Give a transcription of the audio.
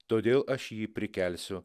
todėl aš jį prikelsiu